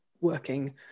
working